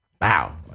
wow